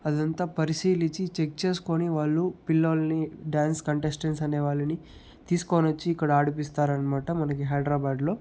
అదంతా పరిశీలించి చెక్ చేసుకుని వాళ్ళు పిల్లోలని డ్యాన్స్ కంటెస్టెంట్స్ అనే వాళ్ళని తీసుకోని వచ్చి ఇక్కడ ఆడిపిస్తారన్నమాట మనకి హైద్రాబాడ్లో